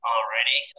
Alrighty